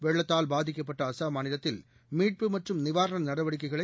வெள்ளத்தால் பாதிக்கப்பட்ட அஸ்ஸாம் மாநிலத்தில் மீட்பு மற்றும் நிவாரண நடவடிக்கைகளை